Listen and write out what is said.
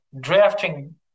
drafting